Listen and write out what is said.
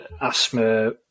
asthma